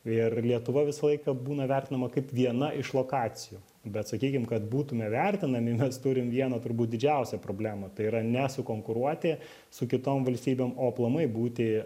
ir lietuva visą laiką būna vertinama kaip viena iš lokacijų bet sakykim kad būtume vertinami mes turim vieną turbūt didžiausią problemą tai yra nesukonkuruoti su kitom valstybėm o aplamai būti